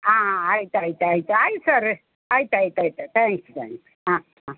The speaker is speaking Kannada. ಹಾಂ ಹಾಂ ಆಯ್ತು ಆಯ್ತು ಆಯ್ತು ಆಯಿತು ಸರ್ ಆಯ್ತು ಆಯ್ತು ತ್ಯಾಂಕ್ಸ್ ತ್ಯಾಂಕ್ಸ್ ಹಾಂ ಹಾಂ